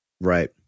Right